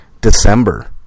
December